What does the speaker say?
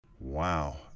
Wow